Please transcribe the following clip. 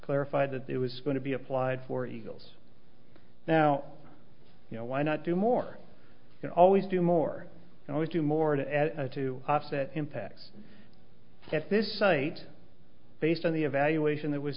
clarified that it was going to be applied for eagles now you know why not do more and always do more and always do more to add to offset impacts at this site based on the evaluation that was